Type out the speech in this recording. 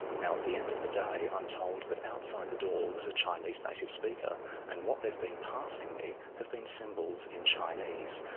now at the end of the day, i'm told that outside the door was a chinese native speaker and what they've been passing me have been symbols in chinese,